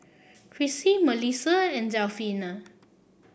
Krissy Mellisa and Delfina